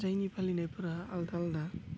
जायनि फालिनायफोरा आलदा आलदा